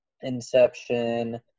Inception